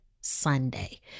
Sunday